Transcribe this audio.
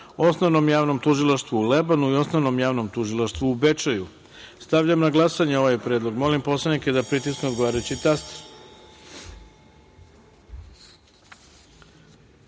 Osnovnom javnom tužilaštvu u Lebanu i Osnovnom javnom tužilaštvu u Bečeju. Stavljam na glasanje ovaj predlog. Molim poslanike da pritisnu odgovarajući